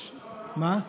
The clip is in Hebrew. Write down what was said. מה?